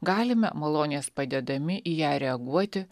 galime malonės padedami į ją reaguoti